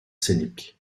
scéniques